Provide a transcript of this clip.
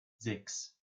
sechs